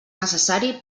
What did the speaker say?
necessari